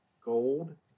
gold